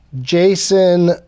Jason